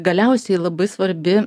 galiausiai labai svarbi